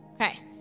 Okay